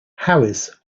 harris